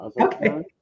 Okay